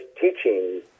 teaching